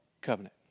covenant